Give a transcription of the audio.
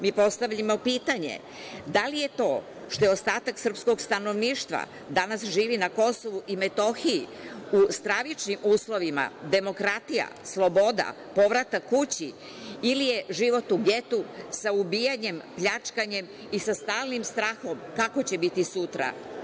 Mi postavljamo pitanje - da li je to što ostatak srpskog stanovništva danas živi na Kosovu i Metohiji u stravičnim uslovima demokratija, sloboda, povratak kući ili je život u getu sa ubijanjem, pljačkanjem i sa stalnim strahom kako će biti sutra?